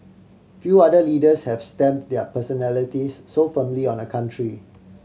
few other leaders have stamp their personalities so firmly on a country